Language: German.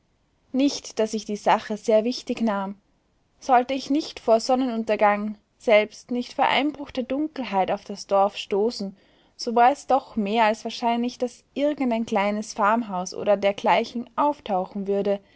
nicht daß ich die sache sehr wichtig nahm sollte ich nicht vor sonnenuntergang selbst nicht vor einbruch der dunkelheit auf das dorf stoßen so war es doch mehr als wahrscheinlich daß irgendein kleines farmhaus oder dergleichen auftauchen würde